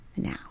now